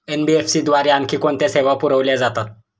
NBFC द्वारे आणखी कोणत्या सेवा पुरविल्या जातात?